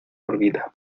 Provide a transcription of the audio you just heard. órbita